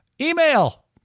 Email